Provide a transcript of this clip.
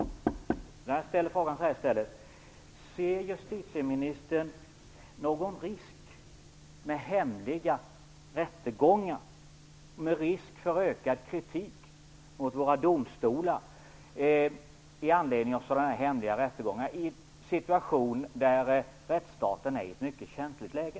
Jag ställer i stället frågan så här: Ser justitieministern någon risk för ökad kritik mot våra domstolar med anledning av sådana här hemliga rättegångar i en situation där rättsstaten är i ett mycket känsligt läge?